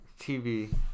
TV